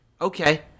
Okay